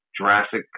jurassic